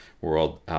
world